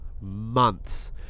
months